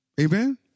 Amen